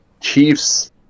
Chiefs